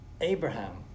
Abraham